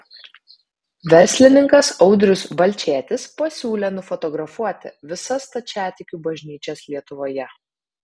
verslininkas audrius balčėtis pasiūlė nufotografuoti visas stačiatikių bažnyčias lietuvoje